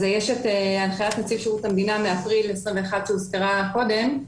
יש את הנחיית נציב שירות המדינה מאפריל 2021 שהוזכרה קודם לכן,